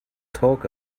talk